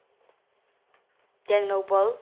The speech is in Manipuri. ꯇꯦꯡꯅꯧꯄꯜ